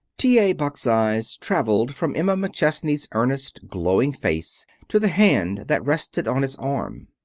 t. a. buck's eyes traveled from emma mcchesney's earnest, glowing face to the hand that rested on his arm.